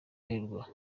hirwa